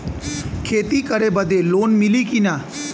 खेती करे बदे लोन मिली कि ना?